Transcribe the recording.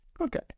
Okay